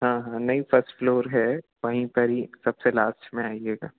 हाँ हाँ नहीं फ़र्स्ट फ़्लोर है वहीं पर ही सबसे लास्ट में आइएगा